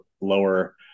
lower